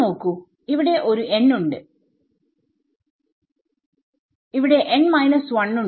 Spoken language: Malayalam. നോക്കൂ ഇവിടെ ഒരു n ഉണ്ട് ഇവിടെ ഒരു n ഉണ്ട് ഇവിടെ n 1 ഉണ്ട്